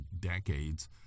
decades